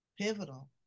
pivotal